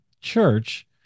church